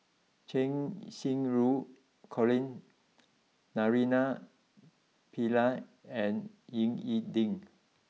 Cheng Xinru Colin Naraina Pillai and Ying E Ding